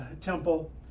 temple